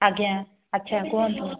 ଆଜ୍ଞା ଆଚ୍ଛା କୁହନ୍ତୁ